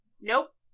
Nope